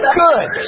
good